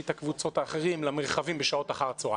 את הקבוצות האחרות למרחבים בשעות אחר הצוהריים?